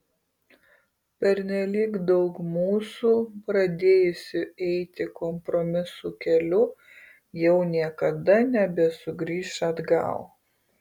pernelyg daug mūsų pradėjusių eiti kompromisų keliu jau niekada nebesugrįš atgal